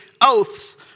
oaths